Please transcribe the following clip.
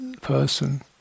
Person